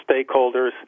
stakeholders